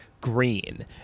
green